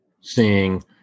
seeing